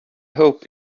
hope